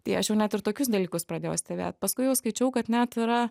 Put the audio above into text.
tai aš jau net ir tokius dalykus pradėjau stebėt paskui jau skaičiau kad net yra